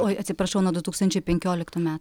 oi atsiprašau nuo du tūkstančiai penkioliktų me